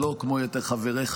שלא כמו יתר חבריך,